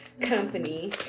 company